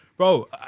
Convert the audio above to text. Bro